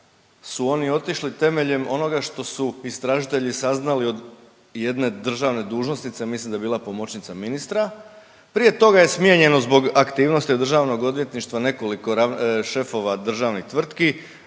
su oni otišli temeljem onoga što su istražitelji saznali od jedne državne dužnosnice, mislim da je bila pomoćnica ministra, prije toga je smijenjeno zbog aktivnosti DORH-a nekoliko šefova državnih tvrtki,